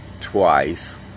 twice